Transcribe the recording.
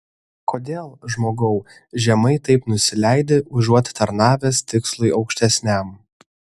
kodėl žmogau žemai taip nusileidi užuot tarnavęs tikslui aukštesniam